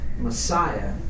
Messiah